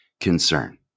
concern